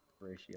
Ratio